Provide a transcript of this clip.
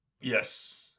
Yes